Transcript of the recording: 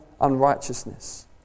unrighteousness